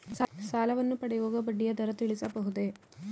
ಸಾಲವನ್ನು ಪಡೆಯುವಾಗ ಬಡ್ಡಿಯ ದರ ತಿಳಿಸಬಹುದೇ?